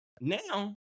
now